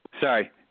Sorry